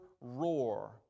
roar